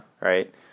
Right